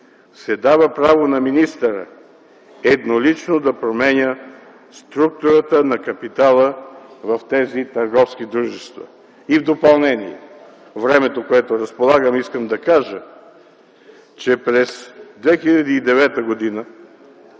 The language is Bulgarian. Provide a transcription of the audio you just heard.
се дава право на министъра еднолично да променя структурата на капитала в тези търговски дружества? И в допълнение, с времето, което разполагам, искам да кажа, че през 2009 г.